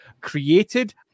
created